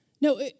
No